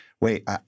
wait